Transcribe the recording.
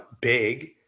big